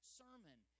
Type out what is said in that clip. sermon